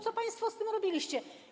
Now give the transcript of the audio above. Co państwo z tym robiliście?